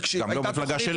אני אסביר לך מה אני רוצה.